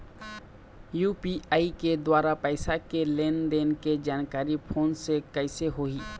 UPI के द्वारा पैसा के लेन देन के जानकारी फोन से कइसे होही?